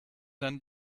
than